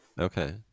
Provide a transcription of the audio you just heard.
Okay